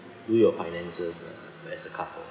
do your finances ah as a couple